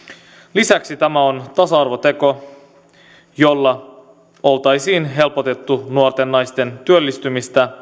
lisäksi tämä olisi ollut tasa arvoteko jolla oltaisiin helpotettu nuorten naisten työllistymistä